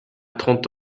trente